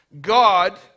God